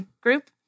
group